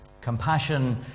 Compassion